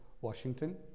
Washington